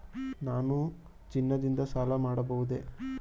ನಾನು ಚಿನ್ನದಿಂದ ಸಾಲ ಪಡೆಯಬಹುದೇ?